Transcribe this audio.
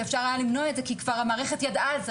שאפשר היה למנוע את זה כי המערכת ידעה על זה,